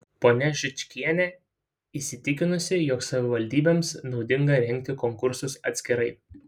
ponia žičkienė įsitikinusi jog savivaldybėms naudinga rengti konkursus atskirai